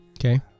Okay